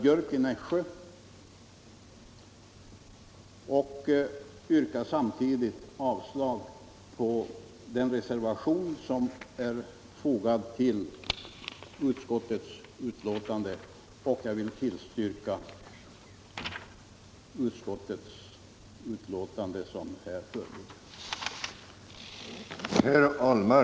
Jag yrkar samtidigt avslag på den reservation som är fogad vid utskottets betänkande och bifall till utskottets hemställan.